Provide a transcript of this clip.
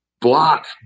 Block